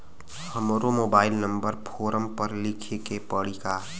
हमरो mobile number form पर लिखे के पड़ी का?